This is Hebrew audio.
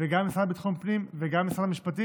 גם המשרד לביטחון פנים וגם משרד המשפטים,